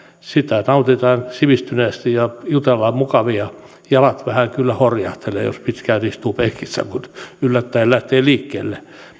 sitä nautitaan sivistyneesti ja jutellaan mukavia jalat vähän kyllä horjahtelevat jos pitkään istuu penkissä kun yllättäen lähtee liikkeelle